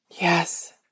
Yes